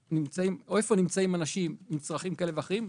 איפה נמצאים אנשים עם צרכים כאלה ואחרים,